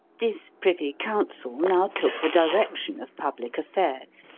this privy council now took the direction of public affairs,